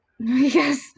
Yes